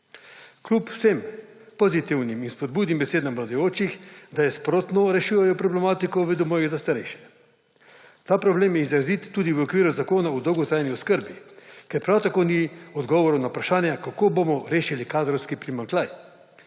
kljub vsem pozitivnim in spodbudnim besedam vladajočih, da sprotno rešujejo problematiko v domovih za starejše. Ta problem je izrazit tudi v okviru zakona o dolgotrajni oskrbi, kjer prav tako ni odgovorov na vprašanja, kako bomo rešili kadrovski primanjkljaj.